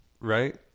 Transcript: Right